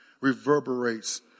reverberates